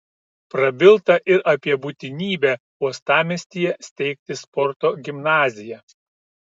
prabilta ir apie būtinybę uostamiestyje steigti sporto gimnaziją